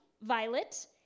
violet